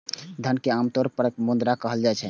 धन कें आम तौर पर मुद्रा कहल जाइ छै